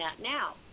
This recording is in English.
now